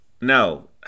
No